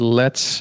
lets